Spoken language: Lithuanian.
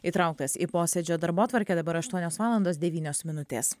įtrauktas į posėdžio darbotvarkę dabar aštuonios valandos devynios minutės